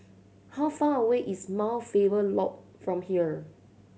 how far away is Mount Faber Loop from here